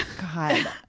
god